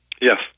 Yes